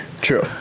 true